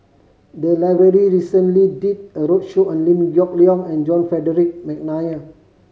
the library recently did a roadshow on Liew Geok Leong and John Frederick McNair